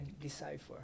decipher